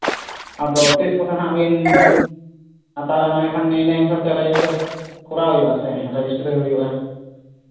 ᱟᱫᱚ ᱛᱤᱥ ᱠᱚᱛᱮ ᱱᱟᱜ ᱵᱤᱱ ᱦᱟᱛᱟᱣ ᱮᱜᱼᱟ ᱱᱮ ᱦᱟᱸᱜ ᱤᱱᱟᱹ ᱦᱤᱥᱟᱹᱵᱛᱮ ᱨᱮᱡᱤᱥᱴᱟᱨ ᱠᱚᱨᱟᱣ ᱦᱩᱭᱩᱜ ᱟᱥᱮ ᱨᱮᱡᱤᱥᱴᱨᱮ ᱦᱩᱭᱩᱜᱼᱟ